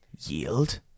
yield